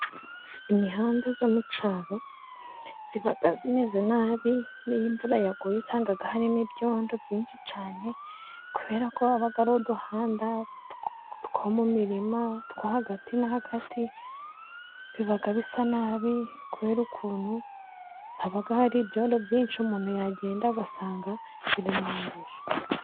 Imihanda yo mu cyaro iba imeze nabi， n'iyo imvura yaguye usanga harimo ibyondo byinshi cyane， kubera ko aba ari uduhanda two mu mirima twawo， hagati na hagati biba bisa n'abi，kubera ukuntu haba hari ibyondo byinshi，umuntu yagenda agasanga biramwanduje.